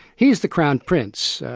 he's the crown prince,